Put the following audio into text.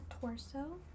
torso